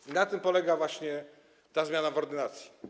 I na tym polega właśnie ta zmiana w ordynacji.